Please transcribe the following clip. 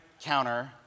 counter